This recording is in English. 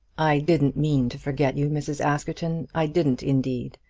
i didn't mean to forget you, mrs. askerton i didn't, indeed.